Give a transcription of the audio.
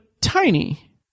Tiny